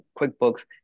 QuickBooks